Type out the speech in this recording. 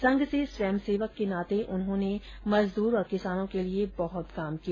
संघ से स्वयंसेवक के नाते उन्होंने मजदूर और किसानों के लिये बहुत काम किया